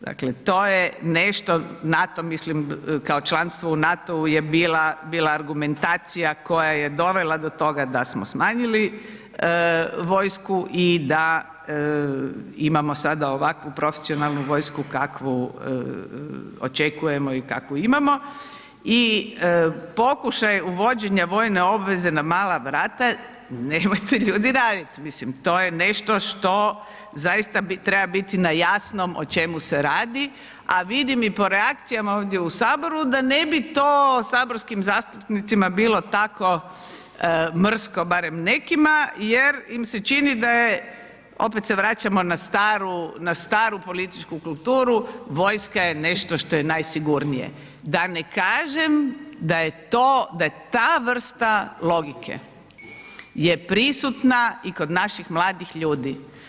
Dakle, to je nešto, NATO mislim kao članstvo u NATO-u je bila argumentacija koja je dovela do toga da smo smanjili vojsku i da imamo sada ovakvu profesionalnu vojsku kakvu očekujemo i kakvu imamo i pokušaj uvođenja vojne obveze na mala vrata, nemojte ljudi radit, mislim to je nešto što zaista bi, treba biti na jasnom o čemu se radi, a vidim i po reakcijama ovdje u HS da ne bi to saborskim zastupnicima bilo tako mrsko, barem nekima, jer im se čini da je, opet se vraćamo na staru, na staru političku kulturu, vojska je nešto što je najsigurnije, da ne kažem da je ta vrsta logike je prisutna i kod naših mladih ljudi.